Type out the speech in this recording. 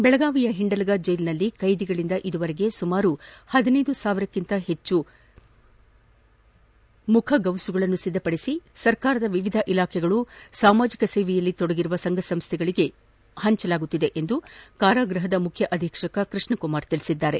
ಬೆಳಗಾವಿಯ ಹಿಂಡಲಗಾ ಜೈಲಿನಲ್ಲಿ ಕೈದಿಗಳಿಂದ ಇದುವರೆಗೆ ಸುಮಾರು ಪದಿನೈದು ಸಾವಿರಕ್ಕಿಂತ ಹೆಚ್ಚು ಮುಖಗವುಸುಗಳನ್ನು ಸಿದ್ಧಪಡಿಸಿ ಸರ್ಕಾರದ ವಿವಿಧ ಇಲಾಖೆಗಳು ಸಾಮಾಜಿಕ ಸೇವೆಯಲ್ಲಿ ತೊಡಗಿರುವ ಸಂಘ ಸಂಸ್ಥೆ ಸಂಸ್ಥೆಗಳಿಗೆ ಪಂಚಲಾಗುತ್ತಿದೆ ಎಂದು ಕಾರಾಗೃಹದ ಮುಖ್ಯ ಅಧೀಕ್ಷಕ ಕೃಷ್ಣಕುಮಾರ ತಿಳಿಸಿದ್ದಾರೆ